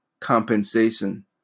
compensation